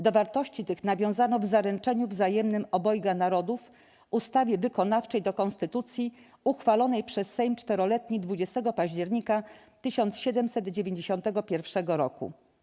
Do wartości tych nawiązano w Zaręczeniu Wzajemnym Obojga Narodów - ustawie wykonawczej do Konstytucji uchwalonej przez Sejm Czteroletni 20 października 1791 r.